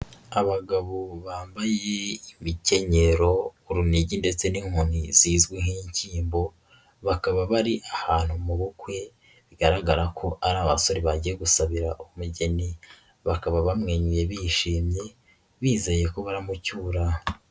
Abagabo bambaye imikenyero, urunigi ndetse n'inkoni zizwi nk'inshyimbo, bakaba bari ahantu mu bukwe bigaragara ko ari abasore bagiye gusabira umugeni, bakaba bamwenyuye bishimye, bizeye ko baramucyura.